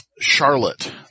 Charlotte